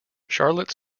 charlotte